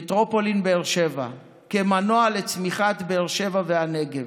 במטרופולין באר שבע כמנוע לצמיחת באר שבע והנגב.